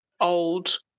old